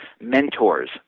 mentors